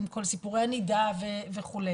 עם כל סיפורי הנידה וכו'.